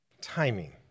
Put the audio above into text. Timing